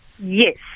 Yes